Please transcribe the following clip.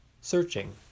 searching